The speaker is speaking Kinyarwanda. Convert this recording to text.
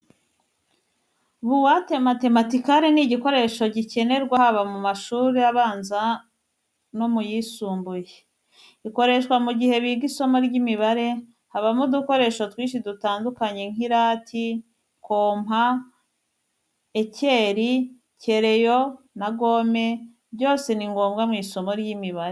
Buwate matematikare ni igikoresho gikenerwa haba mu mashuri abanza no mu yisumbuye. Ikoreshwa mu gihe biga isomo ry'imibare, habamo udukoresho twinshi dutandukanye nk'i rati, kompa, ekeri, kereyo na gome, byose ni ngombwa mu isomo ry'imibare.